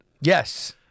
Yes